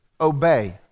obey